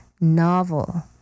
novel